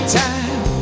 time